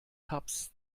tabs